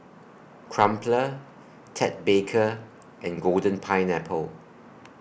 Crumpler Ted Baker and Golden Pineapple